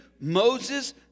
Moses